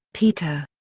peter.